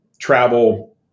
travel